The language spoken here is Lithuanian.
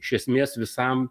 iš esmės visam